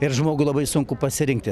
ir žmogui labai sunku pasirinkt yra